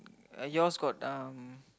yours got um